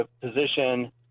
position –